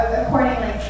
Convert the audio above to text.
accordingly